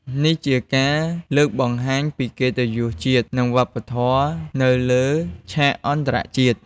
នេះជាការលើកបង្ហាញពីកិត្តយសជាតិ និងវប្បធម៌នៅលើឆាកអន្តរជាតិ។